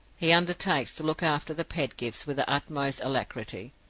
he undertakes to look after the pedgifts with the utmost alacrity.